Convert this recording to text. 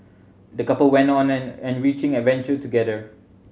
the couple went on an enriching adventure together